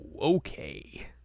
okay